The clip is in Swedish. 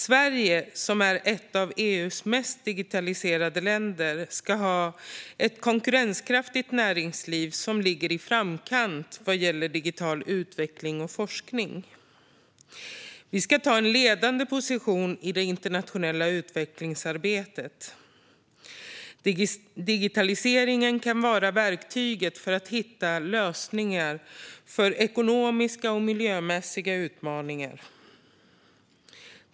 Sverige, som är ett av EU:s mest digitaliserade länder, ska ha ett konkurrenskraftigt näringsliv som ligger i framkant vad gäller digital utveckling och forskning. Vi ska ta en ledande position i det internationella utvecklingsarbetet. Digitaliseringen kan vara verktyget för att hitta lösningar på ekonomiska och miljömässiga utmaningar.